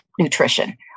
nutrition